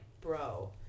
Bro